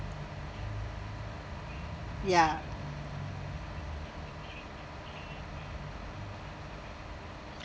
ya